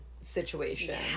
situation